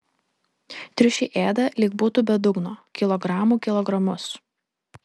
triušiai ėda lyg būtų be dugno kilogramų kilogramus